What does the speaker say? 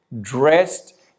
dressed